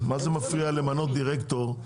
מה זה מפריע למנות דירקטור?